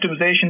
optimization